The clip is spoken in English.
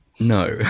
No